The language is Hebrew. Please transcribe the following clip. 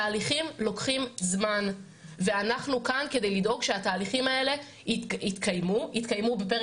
תהליכים לוקחים זמן ואנחנו כאן כדי לדאוג שהתהליכים האלה יתקיימו בפרק